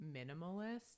minimalist